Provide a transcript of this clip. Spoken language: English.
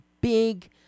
big